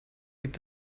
gibt